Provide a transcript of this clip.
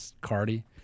Cardi